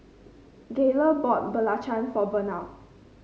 Gayle bought belacan for Vernal